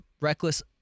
reckless